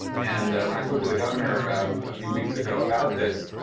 and when i spoke to the governor a few weeks ago about this,